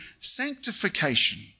sanctification